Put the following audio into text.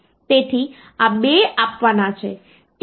તેથી આપણે ત્યાં 5 બીટ પરિણામ સંગ્રહિત કરી શકતા નથી